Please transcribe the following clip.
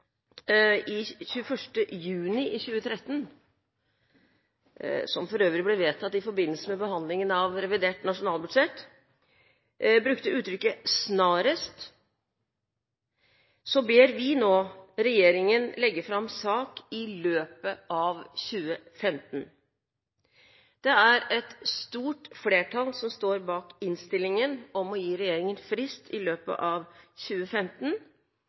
juni 2013, som for øvrig ble vedtatt i forbindelse med behandlingen av revidert nasjonalbudsjett, brukte uttrykket «snarest», ber vi nå regjeringen legge fram sak i løpet av 2015. Det er et stort flertall som står bak innstillingen om å gi regjeringen frist i løpet av 2015